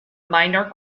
minor